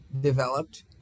developed